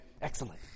excellent